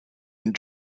and